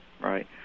Right